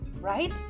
right